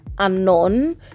unknown